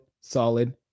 solid